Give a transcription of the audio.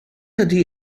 ydy